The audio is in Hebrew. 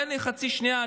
תן לי חצי שנייה,